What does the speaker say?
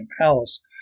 Palace